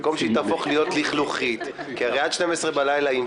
-- במקום שהיא תהפוך להיות לכלוכית כי הרי עד 24:00 בלילה היא עם